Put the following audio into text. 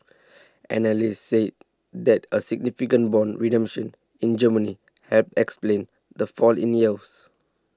analysts said that a significant bond redemption in Germany helped explain the fall in yields